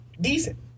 Decent